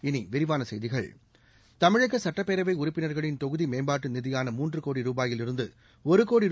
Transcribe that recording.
இனி விரிவான செய்திகள் தமிழக சட்டப்பேரவை உறுப்பினர்களின் தொகுதி மேம்பாட்டு நிதியான மூன்று கோடி ரூபாயில் கோடி இருந்து